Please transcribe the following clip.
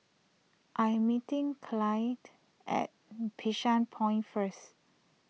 I am meeting Clyde at Bishan Point first